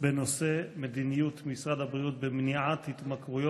בנושא: מדיניות משרד הבריאות במניעת התמכרויות